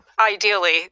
Ideally